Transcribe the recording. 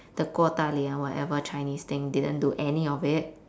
the 过大礼 ah whatever chinese thing didn't do any of it